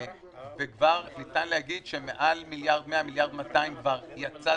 וכבר ניתן להגיד שמעל 1.2 מיליארד כבר יצא,